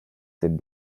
cette